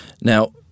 Now